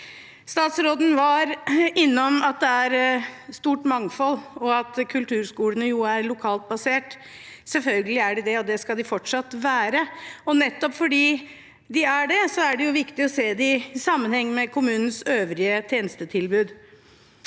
Statsråden var innom at det er et stort mangfold, og at kulturskolene er lokalt basert. Selvfølgelig er de det, og det skal de fortsatt være. Nettopp fordi de er det, er det viktig å se dem i sammenheng med kommunens øvrige tjenestetilbud.